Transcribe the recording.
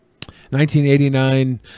1989